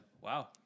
Wow